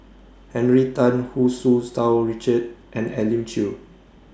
Henry Tan Hu Tsu Tau Richard and Elim Chew